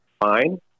fine